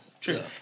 True